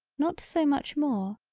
not so much more,